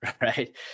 right